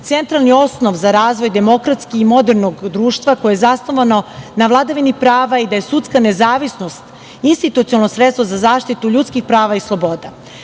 centralni osnov za razvoj demokratskog i modernog društva koje je zasnovano na vladavini prava i da je sudska nezavisnost institucionalno sredstvo za zaštitu ljudskih prava i sloboda. Tu